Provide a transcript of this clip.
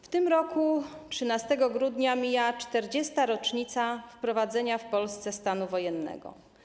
W tym roku, 13 grudnia, mija 40. rocznica wprowadzenia w Polsce stanu wojennego.